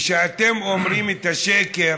וכשאתם אומרים את השקר